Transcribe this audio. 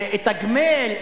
אתגמל,